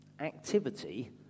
Activity